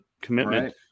commitment